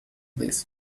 this